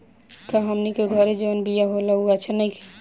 का हमनी के घरे जवन बिया होला उ अच्छा नईखे?